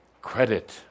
credit